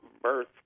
birth